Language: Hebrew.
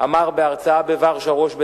אמר בהרצאה בוורשה ראש בית"ר: